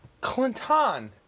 Clinton